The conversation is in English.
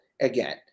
again